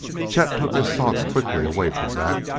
chet took his thoughts quickly away from that.